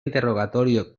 interrogatorio